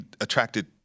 attracted